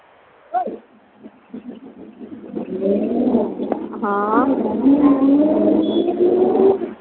हां